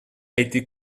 été